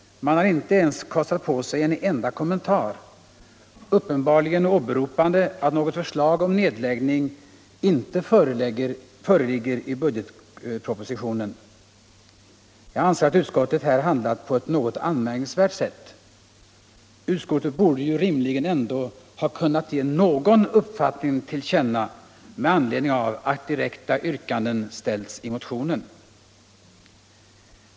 Man har inte kostat på sig en enda kommentar, uppenbarligen åberopande att något förslag om nedläggning inte föreligger i budgetpropositionen. Jag anser att utskottet här handlat på ett något anmärkningsvärt sätt. Utskottet borde rimligen ändå ha kunnat ge någon uppfattning till känna med anledning av att direkta yrkanden ställts i motionen.